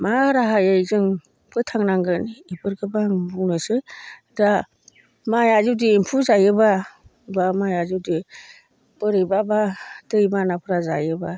मा राहायै जों फोथांनांगोन बेफोरखौबो आं बुंनोसै दा माइया जुदि एम्फौ जायोबा बा माइया जुदि बोरैबाबा दैबानाफोर जायोबा